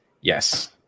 Yes